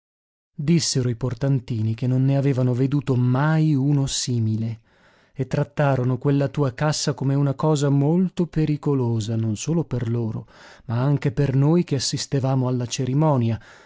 dissero i portantini che non ne avevano veduto mai uno simile e trattarono quella tua cassa come una cosa molto pericolosa non solo per loro ma anche per noi che assistevamo alla cerimonia